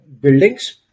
buildings